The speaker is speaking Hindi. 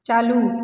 चालू